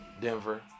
Denver